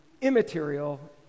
immaterial